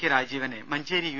K രാജീവനെ Manjeri U